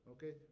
Okay